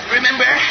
Remember